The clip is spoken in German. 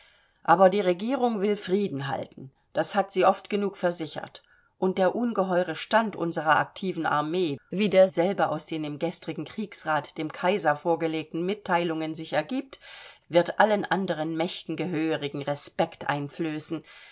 aber die regierung will frieden halten das hat sie oft genug versichert und der ungeheuere stand unserer aktiven armee wie derselbe aus den im gestrigen kriegsrat dem kaiser vorgelegten mitteilungen sich ergibt wird allen anderen mächten gehörigen respekt einflößen